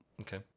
okay